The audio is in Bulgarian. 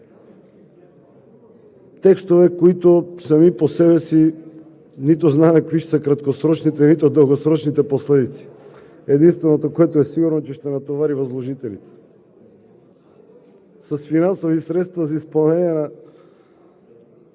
текстове, от които сами по себе си нито знаем какви ще са краткосрочните, нито дългосрочните последици. Единственото, което е сигурно, че ще натовари възложителите с финансови средства за изпълнение на